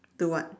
to what